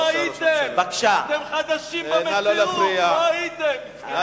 לא הייתם, אתם חדשים במציאות, לא הייתם, מסכנים.